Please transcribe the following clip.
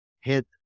hit